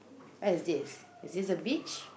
where is this is this a beach